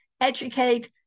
Educate